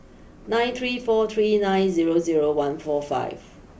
nine three four three nine zero zero one four five